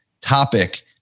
topic